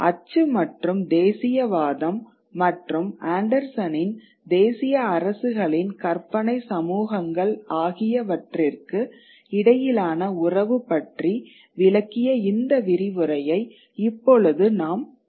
அச்சு மற்றும் தேசியவாதம் மற்றும் ஆண்டர்சனின் தேசிய அரசுகளின் கற்பனை சமூகங்கள் ஆகியவற்றிற்கு இடையிலான உறவு பற்றி விளக்கிய இந்த விரிவுரையை இப்பொழுது நாம் முடிப்போம்